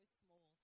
small